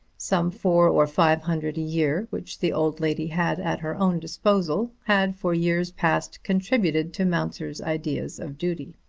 some four or five hundred a year, which the old lady had at her own disposal, had for years past contributed to mounser's ideas of duty.